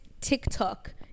TikTok